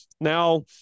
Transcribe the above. now